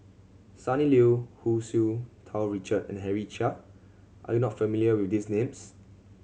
Sonny Liew Hu Tsu Tau Richard and Henry Chia are you not familiar with these names